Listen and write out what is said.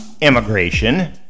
immigration